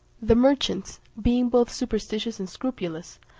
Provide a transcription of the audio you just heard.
the merchants, being both superstitious and scrupulous,